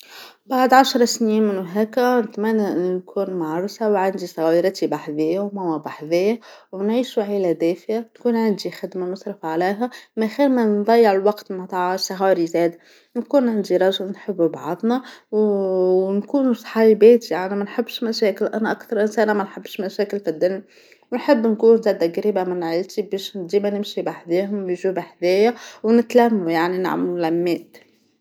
بعد عشر سنين من وهيكا بتمنى إني نكون عروسة وعندي صغيرات بحزاه وبحزاه، وبنعيشوا عيلة دافية بتكون عندي خدمة نصرف عليها من غير ما نضيع الوقت متاع نهارى زاد نكون عندي راجل نحبو بعضنا، ونكونو صحايبات يعنى منحبش مشاكل أنا أكثر إنسانة محبش مشاكل فى الدنيا ونحب نكون زادا جريبة من عيلتى بيش ديما نيجى بحذاهم يجو بحذايا ونتلم يعنى نعملوا لمات.